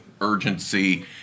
urgency